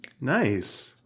Nice